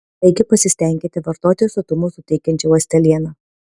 taigi pasistenkite vartoti sotumo suteikiančią ląstelieną